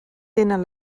tenen